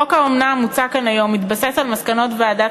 חוק האומנה המוצע כאן היום מתבסס על מסקנות ועדת